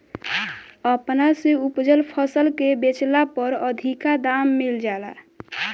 अपना से उपजल फसल के बेचला पर अधिका दाम मिल जाला